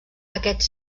aquests